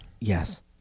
Yes